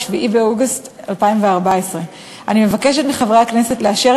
7 באוגוסט 2014. אני מבקשת מחברי הכנסת לאשר